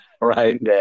Right